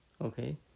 Okay